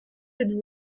êtes